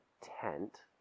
tent